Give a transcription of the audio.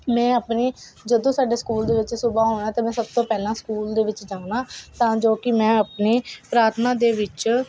ਮੈਂ ਆਪਣੇ ਜਦੋਂ ਸਾਡੇ ਸਕੂਲ ਦੇ ਵਿੱਚ ਸੁਬਹਾ ਆਉਣਾ ਅਤੇ ਮੈਂ ਸਭ ਤੋਂ ਪਹਿਲਾਂ ਸਕੂਲ ਦੇ ਵਿੱਚ ਜਾਣਾ ਤਾਂ ਜੋ ਕਿ ਮੈਂ ਆਪਣੀ ਪ੍ਰਾਰਥਨਾ ਦੇ ਵਿੱਚ